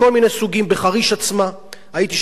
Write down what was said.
הייתי שם לפני ימים מספר, קיימתי מפגש,